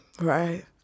right